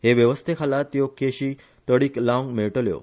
हे वेवस्थे खाला त्यो केशी तडीक लावंक मेळटल्यो